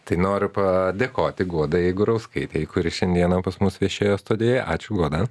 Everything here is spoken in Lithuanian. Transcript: tai noriu padėkoti guodai gurauskaitei kuri šiandieną pas mus viešėjo studijoje ačiū guoda